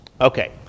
Okay